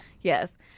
Yes